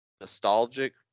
nostalgic